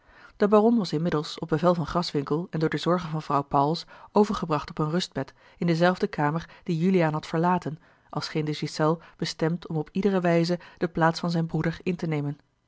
de baron was inmiddels op bevel van graswinckel en door de zorge van vrouw pauwels overgebracht op een rustbed in dezelfde kamer die juliaan had verlaten als scheen de ghiselles bestemd om op iedere wijze de plaats van zijn broeder in te nemen